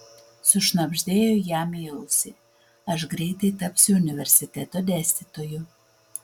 sušnabždėjo jam į ausį aš greitai tapsiu universiteto dėstytoju